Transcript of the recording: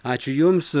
ačiū jums